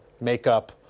makeup